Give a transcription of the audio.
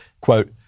quote